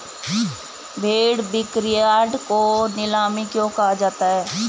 भेड़ बिक्रीयार्ड को नीलामी क्यों कहा जाता है?